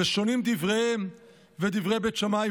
"ושונים דבריהם ודברי בית שמאי,